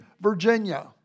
Virginia